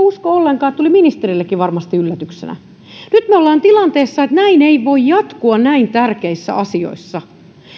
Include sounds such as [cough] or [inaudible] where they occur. [unintelligible] usko ollenkaan että tämä tuli ministerille yllätyksenä nyt me olemme tilanteessa että näin ei voi jatkua näin tärkeissä asioissa